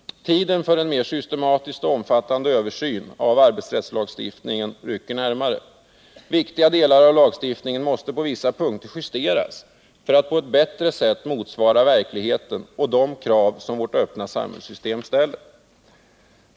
Tiden för en mer systematisk och omfattande översyn av arbetsrättslagstiftningen rycker närmare. Viktiga delar av lagstiftningen måste på vissa punkter justeras för att på ett bättre sätt motsvara verkligheten och de krav som vårt öppna samhällssystem ställer.